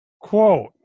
quote